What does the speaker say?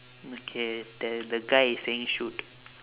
okay then the guy is saying shoot